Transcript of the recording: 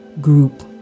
group